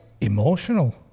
emotional